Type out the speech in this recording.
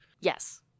Yes